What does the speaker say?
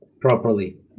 properly